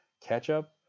Ketchup